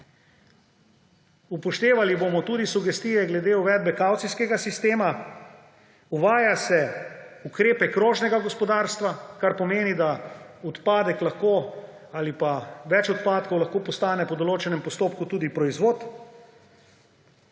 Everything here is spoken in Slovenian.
upoštevali bomo tudi sugestije glede uvedbe kavcijskega sistema. Uvaja se ukrepe krožnega gospodarstva, kar pomeni, da odpadek ali pa več odpadkov lahko postane po določenem postopku tudi proizvod.